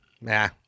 Nah